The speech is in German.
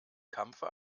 kampfe